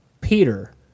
Peter